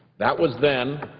that was then.